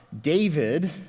David